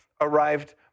arrived